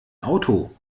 auto